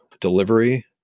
delivery